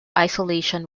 isolation